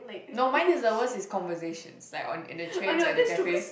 no mine is the worst is conversations like on in the train like the cafes